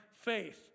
faith